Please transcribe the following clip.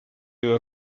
you